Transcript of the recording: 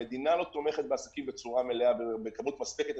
המדינה לא תומכת בעסקים בצורה מלאה בכמות מספקת,